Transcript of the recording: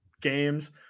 games